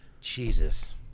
Jesus